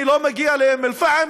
אני לא מגיע לאום אל-פחם,